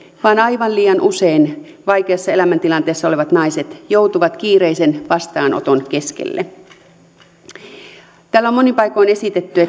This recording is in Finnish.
vaan aivan liian usein vaikeassa elämäntilanteessa olevat naiset joutuvat kiireisen vastaanoton keskelle täällä on monin paikoin esitetty